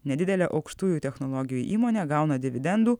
nedidelę aukštųjų technologijų įmonę gauna dividendų